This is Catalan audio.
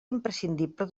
imprescindible